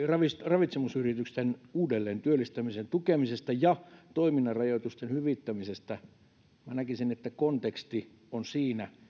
ravitsemusyritysten uudelleentyöllistämisen tukemisesta ja toiminnan rajoitusten hyvittämisestä minä näkisin että konteksti on siinä